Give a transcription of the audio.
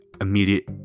immediate